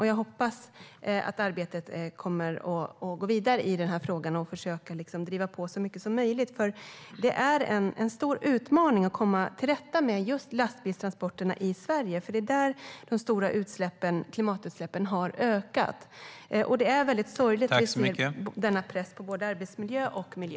Jag hoppas att arbetet kommer att gå vidare i frågan och att man försöker att driva på så mycket som möjligt. Det är en stor utmaning att komma till rätta med lastbilstransporterna i Sverige. Det är där de stora klimatutsläppen har ökat. Det är väldigt sorgligt med denna press på både arbetsmiljö och miljö.